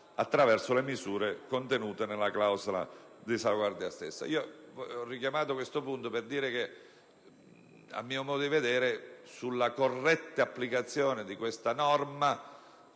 attraverso le misure contenute nella clausola di salvaguardia stessa. Ho richiamato questo punto per dire che, a mio modo di vedere, dalla corretta applicazione di questa norma,